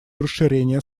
расширения